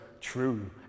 true